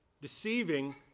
deceiving